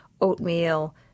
oatmeal